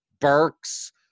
Burks